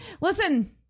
Listen